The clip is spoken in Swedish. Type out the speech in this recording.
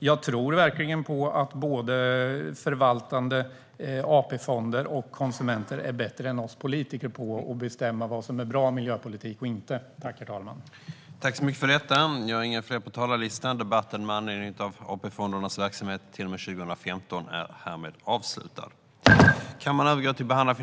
Jag tror verkligen på att både förvaltande AP-fonder och konsumenter är bättre än vi politiker på att bestämma vad som är bra miljöpolitik och vad som inte är det.